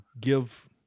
give